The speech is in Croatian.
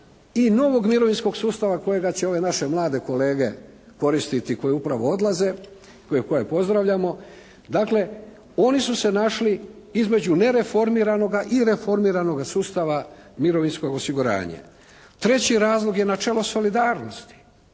i novog mirovinskog sustava kojega će ove naše mlade kolege koristiti, koji upravo odlaze, koje pozdravljamo. Dakle, oni su se našli između nereformiranoga i reformiranoga sustava mirovinskog osiguranja. Treći razlog je načelo solidarnosti.